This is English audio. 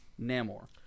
Namor